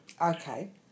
Okay